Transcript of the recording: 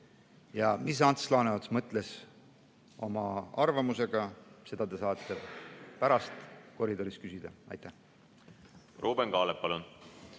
mida Ants Laaneots mõtles oma arvamusega, saate pärast koridoris küsida. Aitäh,